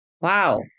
Wow